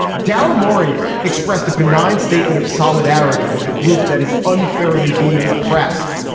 daryl morey expressed a benign statement of solidarity with a group that is unfairly being oppressed.